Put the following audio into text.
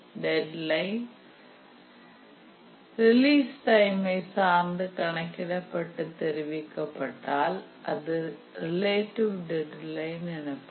மாறாக deadline release டைமை சார்ந்து கணக்கிடப்பட்டு தெரிவிக்க பட்டால் அது ரிலேட்டிவ் டெட்லைன் எனப்படும்